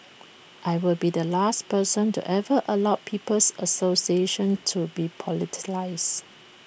I will be the last person to ever allow people's association to be politicised